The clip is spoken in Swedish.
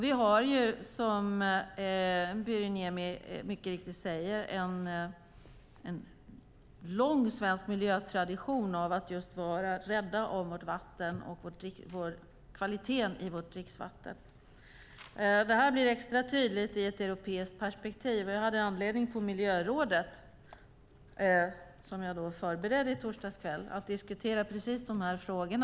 Vi har, som Pyry Niemi mycket riktigt säger, en lång svensk miljötradition av att vara rädda om vårt vatten och kvaliteten på vårt dricksvatten. Detta blir extra tydligt i ett europeiskt perspektiv. Jag hade på miljörådet, vilket jag förberedde i torsdags kväll, anledning att diskutera precis dessa frågor.